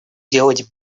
делать